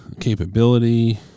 capability